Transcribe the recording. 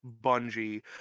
Bungie